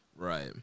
Right